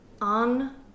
on